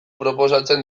proposatzen